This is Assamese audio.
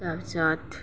তাৰপিছত